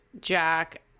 Jack